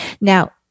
now